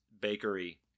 bakery